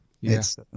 yes